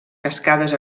cascades